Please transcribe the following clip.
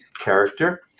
character